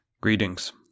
Greetings